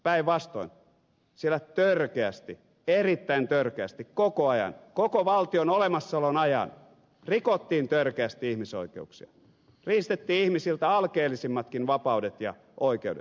päinvastoin siellä törkeästi erittäin törkeästi koko ajan koko valtion olemassaolon ajan rikottiin ihmisoikeuksia riistettiin ihmisiltä alkeellisimmatkin vapaudet ja oikeudet